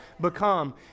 become